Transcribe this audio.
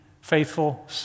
faithful